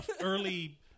early